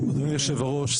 אדוני היושב ראש,